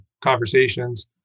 conversations